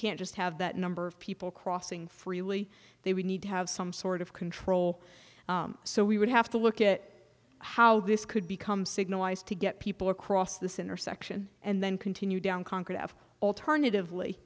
can't just have that number of people crossing freely they would need to have some sort of control so we would have to look at how this could become signalized to get people across this intersection and then continue down concrete of alternative